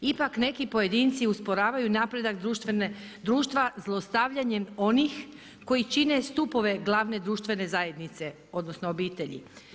Ipak neki pojedinci usporavaju napredak društva zlostavljanjem onih koji čine stupove glavne društvene zajednice, odnosno obitelji.